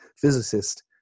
physicist